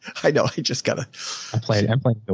i know you just gotta play it amplify. ah